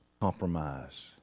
compromise